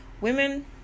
Women